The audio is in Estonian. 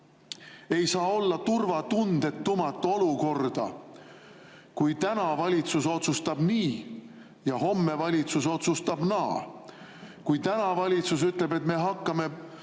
Ei saa olla turvatundetumat olukorda, kui täna valitsus otsustab nii ja homme valitsus otsustab naa, kui täna valitsus ütleb, et me hakkame